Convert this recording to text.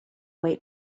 wait